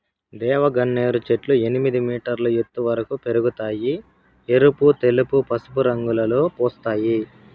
దేవగన్నేరు చెట్లు ఎనిమిది మీటర్ల ఎత్తు వరకు పెరగుతాయి, ఎరుపు, తెలుపు, పసుపు రంగులలో పూస్తాయి